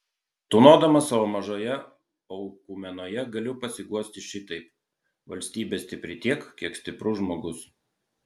tūnodamas savo mažoje oikumenoje galiu pasiguosti šitaip valstybė stipri tiek kiek stiprus žmogus